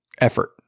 effort